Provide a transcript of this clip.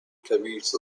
caveats